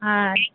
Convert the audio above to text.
हँ